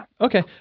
Okay